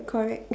correct